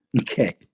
Okay